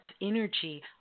energy